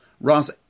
Ross